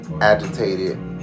agitated